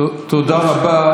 תודה רבה.